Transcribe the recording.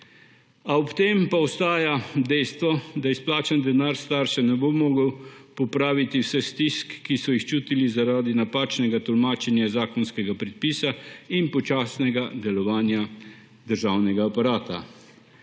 ob tem ostaja dejstvo, da izplačan denar staršem ne bo mogel popraviti vseh stisk, ki so jih čutili zaradi napačnega tolmačenja zakonskega predpisa in počasnega delovanja državnega aparata.